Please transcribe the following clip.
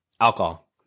Alcohol